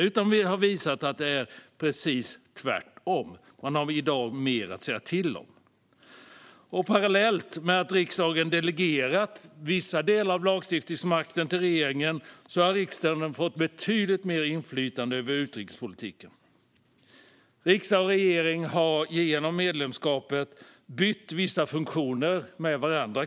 Vi har visat att det är precis tvärtom: Riksdagen har i dag mer att säga till om. Parallellt med att riksdagen har delegerat vissa delar av lagstiftningsmakten till regeringen har riksdagen fått betydligt mer inflytande över utrikespolitiken. Man kan säga att riksdag och regering genom EU-medlemskapet har bytt vissa funktioner med varandra.